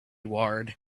ward